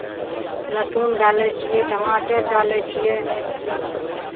लहसुन डालै छियै टमाटर डालै छियै